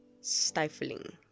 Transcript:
stifling